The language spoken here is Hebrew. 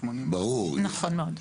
נכון מאוד.